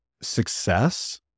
success